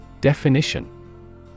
Definition